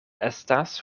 estas